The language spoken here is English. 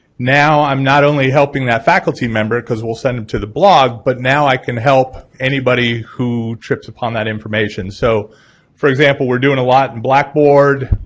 now i'm not only helping that faculty member cause it will send it to the blog, but now i can help anybody who trips upon that information. so for example, we're doing a lot in blackboard,